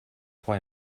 why